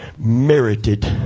merited